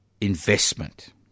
investment